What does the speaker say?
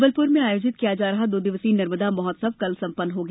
जबलपुर में आयोजित किया जा रहा दो दिवसीय नर्मदा महोत्सव कल सम्पन्न हो गया